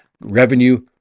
revenue